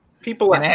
People